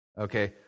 Okay